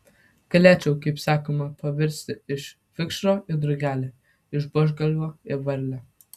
galėčiau kaip sakoma pavirsti iš vikšro į drugelį iš buožgalvio į varlę